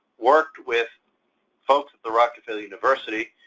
worked with folks at the rockefeller university,